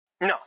No